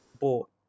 bought